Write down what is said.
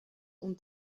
und